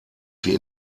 sie